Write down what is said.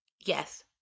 Yes